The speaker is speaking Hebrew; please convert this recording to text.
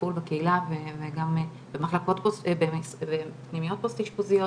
טיפול בקהילה וגם בפנימיות פוסט אשפוזיות,